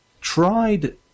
tried